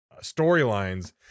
storylines